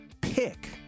pick